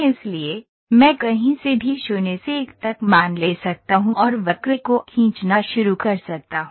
इसलिए मैं कहीं से भी 0 से 1 तक मान ले सकता हूं और वक्र को खींचना शुरू कर सकता हूं